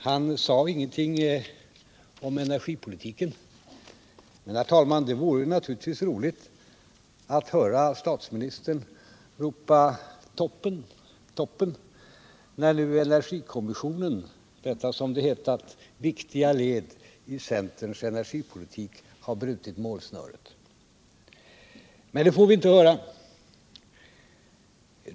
Han sade ingenting om energipolitiken. Men, herr talman, det vore naturligtvis roligt att höra statsministern ropa ”Toppen, toppen!”, när nu energikommissionen — detta som det hetat viktiga led i centerns energipolitik — brutit målsnöret. Men det får vi inte höra.